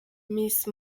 miss